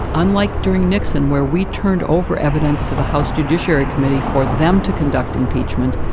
unlike during nixon, where we turned over evidence to the house judiciary committee for them to conduct impeachment,